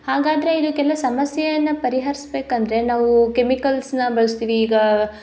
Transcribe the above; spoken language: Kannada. ಹಾಗಾದ್ರೆ ಇದಕ್ಕೆಲ್ಲ ಸಮಸ್ಯೆಯನ್ನು ಪರಿಹರಿಸ್ಬೇಕಂದ್ರೆ ನಾವು ಕೆಮಿಕಲ್ಸ್ನ ಬಳಸ್ತೀವಿ ಈಗ